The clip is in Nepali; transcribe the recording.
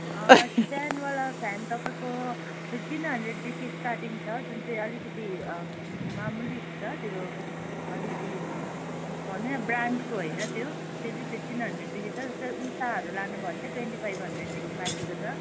स्ट्यान्डवाला फ्यान तपाईँको फिफ्टिन हन्ड्रेडदेखि स्टार्टिङ छ जुन चाहिँ अलिकति मामुली हुन्छ त्यो अलिक उयो भने ब्रान्डको होइन त्यो त्यो चाहिँ फिफ्टिन हन्ड्रेडदेखि छ जस्तै उषाहरू लानु भयो भने चाहिँ ट्वेन्टी फाइभ हन्ड्रेडदेखि माथिको छ